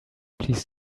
please